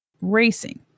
racing